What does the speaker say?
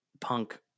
punk